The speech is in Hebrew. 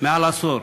מעל עשור,